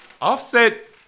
Offset